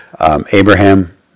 Abraham